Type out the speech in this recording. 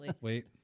wait